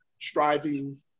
striving